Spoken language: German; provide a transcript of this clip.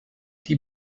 die